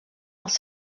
als